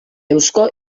eusko